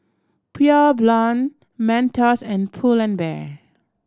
Pure Blonde Mentos and Pull and Bear